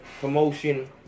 promotion